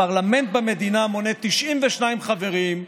הפרלמנט במדינה מונה 92 חברים,